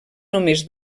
només